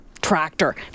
tractor